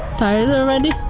tired already?